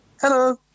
Hello